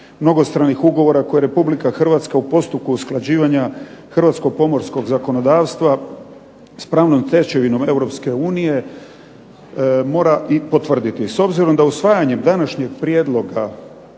ugovora koje Republika Hrvatska u postupku usklađivanja hrvatskog pomorskog zakonodavstva s pravnom stečevinom Europske unije mora i potvrditi. S obzirom da usvajanjem današnjeg prijedloga